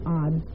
odd